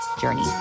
journey